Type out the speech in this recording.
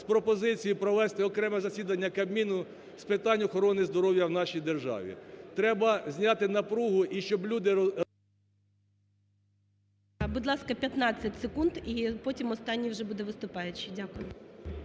з пропозицією: провести окреме засідання Кабміну з питань охорони здоров'я в нашій державі. Треба зняти напругу і щоб люди... ГОЛОВУЮЧИЙ. Будь ласка, 15 секунд. І потім – останній вже буде виступаючий. Дякую.